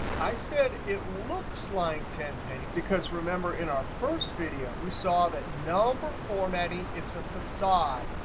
i said it looks like ten pennies. because remember in our first video, we saw that number formatting is a facade.